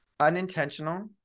unintentional